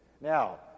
Now